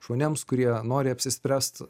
žmonėms kurie nori apsispręst